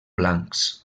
blancs